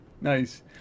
Nice